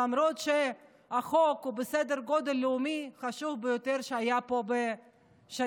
למרות שהחוק הוא בסדר גודל לאומי והחשוב ביותר שהיה פה בשנים